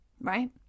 Right